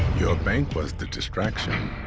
your bank was the distraction.